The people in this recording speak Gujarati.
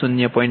5 0